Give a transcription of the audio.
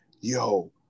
Yo